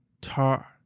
Tar